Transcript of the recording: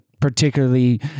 particularly